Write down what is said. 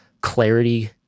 clarity